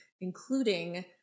including